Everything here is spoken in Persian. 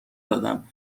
دادم